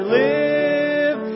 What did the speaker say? live